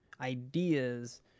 ideas